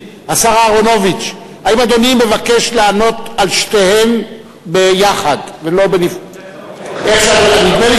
האחרונים ביקרתי בלונדון וצפיתי יחד עם הרבה אנשי תרבות